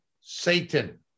Satan